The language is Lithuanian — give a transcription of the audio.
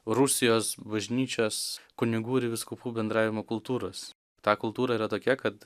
rusijos bažnyčios kunigų ir vyskupų bendravimo kultūros ta kultūra yra tokia kad